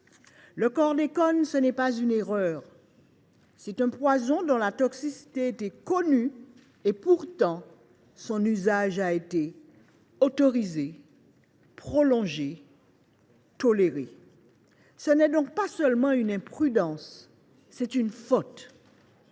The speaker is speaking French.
Le chlordécone, ce n’est pas une erreur : c’est un poison dont la toxicité était connue. Pourtant, son usage a été autorisé, prolongé, toléré. Ce n’est donc pas seulement une imprudence : c’est une faute